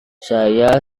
saya